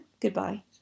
goodbye